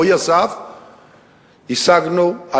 השגנו,